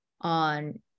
on